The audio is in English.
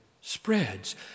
spreads